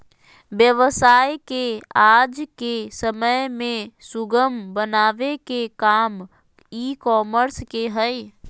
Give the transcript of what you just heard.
व्यवसाय के आज के समय में सुगम बनावे के काम ई कॉमर्स के हय